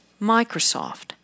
Microsoft